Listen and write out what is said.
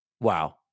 Wow